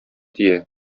тия